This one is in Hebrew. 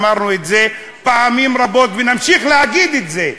אמרנו את זה פעמים רבות ונמשיך להגיד את זה,